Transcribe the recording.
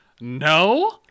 no